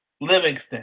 Livingston